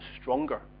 stronger